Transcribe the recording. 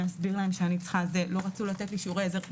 לא רצו לתת לי שיעורי עזר.